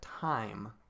time